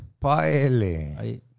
Paele